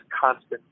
constant